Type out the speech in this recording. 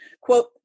quote